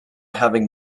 having